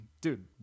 dude